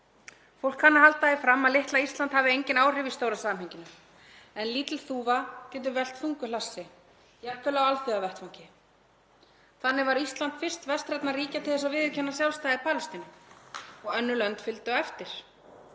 Fólk kann að halda því fram að litla Ísland hafi engin áhrif í stóra samhenginu en lítil þúfa getur velt þungu hlassi, jafnvel á alþjóðavettvangi. Þannig var Ísland fyrst vestrænna ríkja til að viðurkenna sjálfstæði Palestínu og önnur lönd fylgdu á eftir.